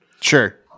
Sure